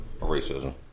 racism